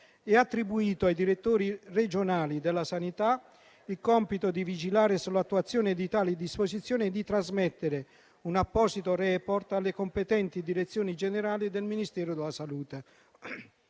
È attribuito ai direttori regionali della sanità il compito di vigilare sull'attuazione di tali disposizioni e di trasmettere un apposito *report* alle competenti direzioni generali del Ministero della salute.